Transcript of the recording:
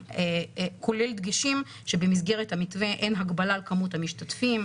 כולל דגשים שבמסגרת המתווה אין הגבלה על כמות המשתתפים,